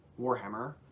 Warhammer